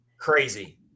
crazy